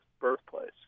birthplace